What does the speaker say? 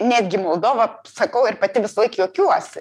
netgi moldova sakau ir pati visąlaik juokiuosi